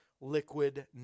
liquid